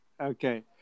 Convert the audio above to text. okay